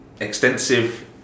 extensive